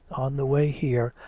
on the way here,